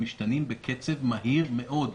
והם משתנים בקצב מהיר מאוד.